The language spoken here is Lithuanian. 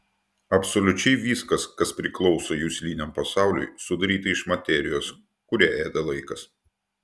absoliučiai viskas kas priklauso jusliniam pasauliui sudaryta iš materijos kurią ėda laikas